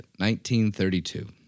1932